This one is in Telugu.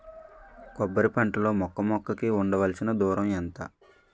కొబ్బరి పంట లో మొక్క మొక్క కి ఉండవలసిన దూరం ఎంత